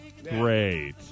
Great